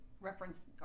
reference